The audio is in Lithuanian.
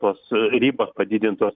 tos ribos padidintos